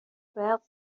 باید